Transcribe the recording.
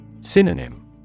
Synonym